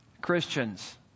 Christians